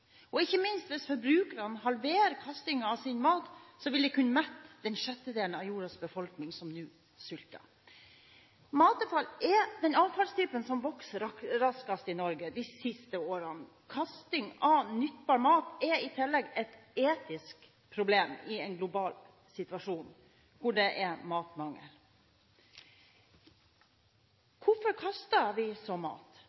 og – ikke minst – at hvis forbrukerne halverer kastingen av sin mat, ville det kunne mette den sjettedelen av jordas befolkning som nå sulter. Matavfall er den avfallstypen som har vokst raskest i Norge de siste årene. Kasting av nyttbar mat er i tillegg et etisk problem i en global situasjon hvor det er matmangel. Hvorfor kaster vi så mat?